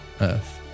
Earth